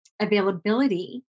availability